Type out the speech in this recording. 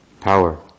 Power